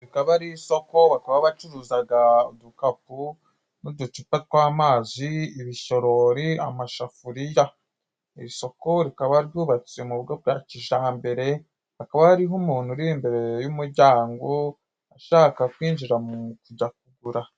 Rikaba ari isoko, bakaba bacuruzaga udukapu n'uducupa tw'amazi, ibisorori, amashafuriya. Iri isoko rikaba ryubatse mu mu buryo bwa kijambere, hakaba hariho umuntu uri imbere y'umujyango, ashaka kwinjira mu kujya kugura.